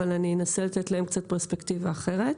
אבל אני אנסה לתת להם קצת פרספקטיבה אחרת.